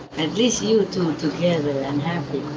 at least you two are together and happy.